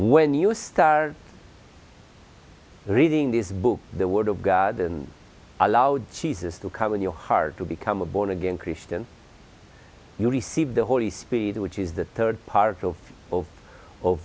when you start reading this book the word of god and allowed jesus to come in your heart to become a born again christian you receive the holy spirit which is the third